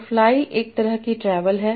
तो फ्लाइ एक तरह की ट्रैवल है